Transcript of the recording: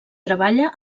treballa